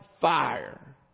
fire